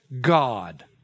God